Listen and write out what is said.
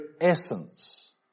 essence